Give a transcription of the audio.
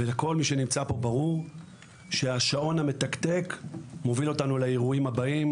גם לכל מי שנמצא פה ברור שהשעון המתקתק מוביל אותנו לאירועים הבאים,